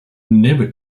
never